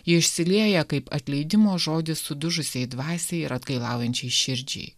išsilieja kaip atleidimo žodis sudužusiai dvasiai ir atgailaujančiai širdžiai